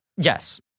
yes